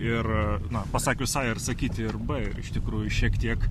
ir na pasakius a ir sakyti ir b ir iš tikrųjų šiek tiek